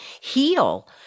heal